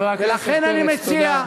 ולכן אני מציע,